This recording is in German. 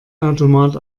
automat